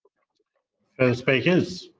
further speakers?